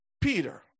Peter